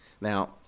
Now